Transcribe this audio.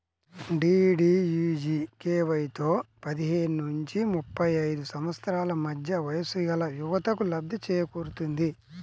డీడీయూజీకేవైతో పదిహేను నుంచి ముప్పై ఐదు సంవత్సరాల మధ్య వయస్సుగల యువతకు లబ్ధి చేకూరుతుంది